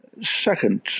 Second